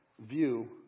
view